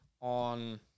on